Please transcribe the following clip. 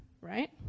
right